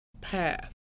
path